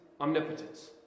omnipotence